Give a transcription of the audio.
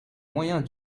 moyens